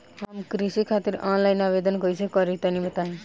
हम कृषि खातिर आनलाइन आवेदन कइसे करि तनि बताई?